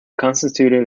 consisted